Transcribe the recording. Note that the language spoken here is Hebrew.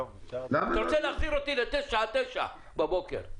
אתה רוצה להחזיר אותי ל-09:00 בבוקר.